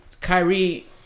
Kyrie